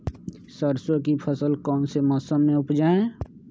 सरसों की फसल कौन से मौसम में उपजाए?